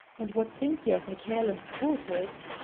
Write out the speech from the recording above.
and what think ye of maccailen's quarters?